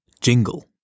Jingle